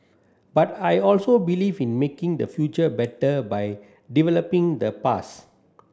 but I also believe in making the future better by developing the past